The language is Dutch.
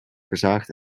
verzaagt